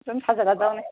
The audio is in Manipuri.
ꯑꯗꯨꯝ ꯁꯥꯖꯤꯜꯂꯗꯧꯅꯤ